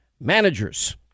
managers